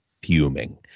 fuming